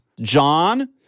John